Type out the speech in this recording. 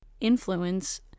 influence